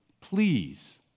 please